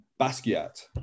Basquiat